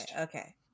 Okay